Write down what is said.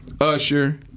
Usher